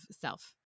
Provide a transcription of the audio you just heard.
self